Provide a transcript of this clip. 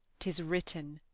tis written,